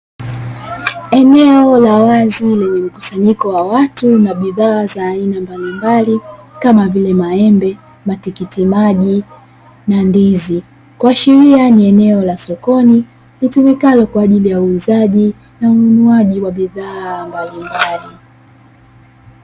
Eneo la wazi lenye mkusanyiko wa watu na bidhaa za aina mbalimbali, kama vile maembe, matikitimaji na ndizi. Kuashiria ni eneo la sokoni litumikalo kwa ajili ya uuzaji, na ununuaji wa bidhaa mbalimbali.